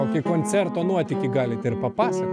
apie koncerto nuotykį galit ir papasakot